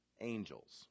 angels